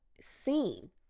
seen